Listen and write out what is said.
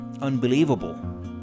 unbelievable